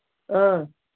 ꯑ